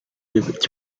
with